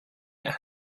that